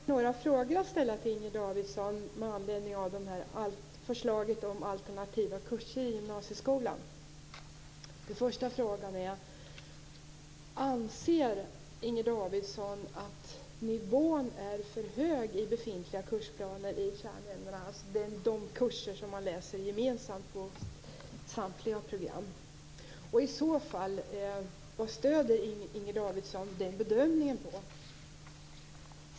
Fru talman! Jag har några frågor att ställa till Inger Davidson med anledning av förslaget om alternativa kurser i gymnasieskolan. Den första frågan är följande: Anser Inger Davidson att nivån är för hög i befintliga kursplaner för kärnämnena, dvs. de kurser som man läser gemensamt på samtliga program? Vad stöder Inger Davidson i så fall den bedömningen på?